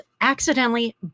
accidentally